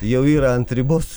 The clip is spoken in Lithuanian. jau yra ant ribos